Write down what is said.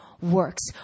works